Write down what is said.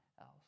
else